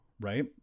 right